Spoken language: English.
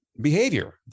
behavior